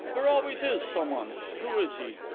there always is someone. who is he?